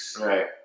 Right